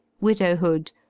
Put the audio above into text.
widowhood